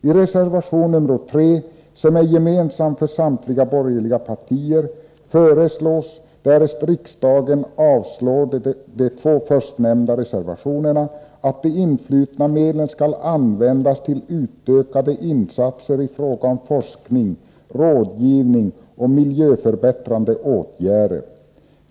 I reservation nr 3, som är gemensam för samtliga borgerliga partier, föreslås — därest riksdagen avslår de två förstnämnda reservationerna — att de influtna medlen skall användas till utökade insatser i fråga om forskning, rådgivning och miljöförbättrande åtgärder.